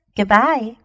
Goodbye